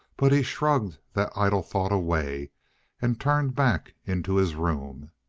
but he shrugged that idle thought away and turned back into his room.